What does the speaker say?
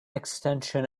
extension